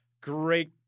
great